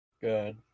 Good